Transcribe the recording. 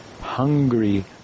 hungry